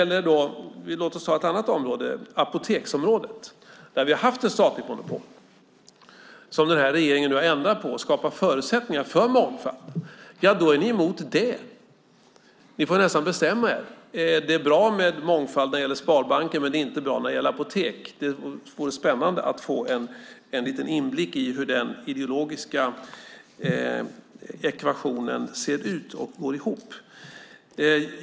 Låt oss ta ett annat område, apoteksområdet. Där har vi haft ett statligt monopol. Det har den här regeringen ändrat på och skapat förutsättningar för mångfald. Då är ni emot det. Ni får nästan bestämma er. Det är bra med mångfald när det gäller sparbanker, men det är inte bra när det gäller apotek. Det vore spännande att få en liten inblick i hur den ideologiska ekvationen ser ut och går ihop.